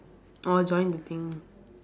orh join the thing